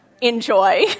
enjoy